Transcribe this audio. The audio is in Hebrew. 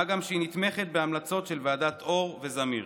מה גם שהיא נתמכת בהמלצות של ועדת אור וועדת זמיר.